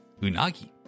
Unagi